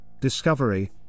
discovery